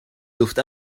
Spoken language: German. luft